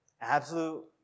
Absolute